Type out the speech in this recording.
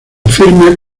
afirma